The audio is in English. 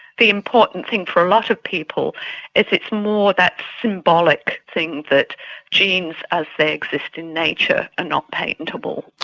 the important thing for a lot of people is it's more that symbolic thing that genes as they exist in nature are not patentable.